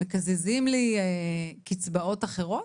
מקזזים לי קצבאות אחרות?